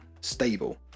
stable